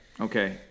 Okay